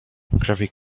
graphic